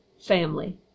family